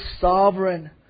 sovereign